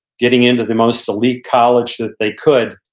getting into the most elite college that they could.